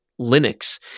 Linux